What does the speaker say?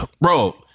Bro